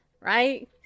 Right